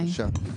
כן, בבקשה.